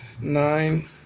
nine